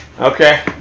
Okay